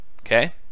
Okay